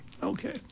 okay